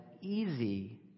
easy